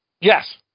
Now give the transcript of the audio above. Yes